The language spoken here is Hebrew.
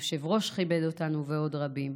היושב-ראש כיבד אותנו ועוד רבים.